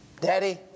Daddy